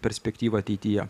perspektyvą ateityje